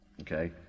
okay